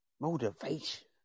motivation